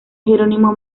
jerónimo